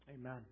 Amen